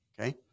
Okay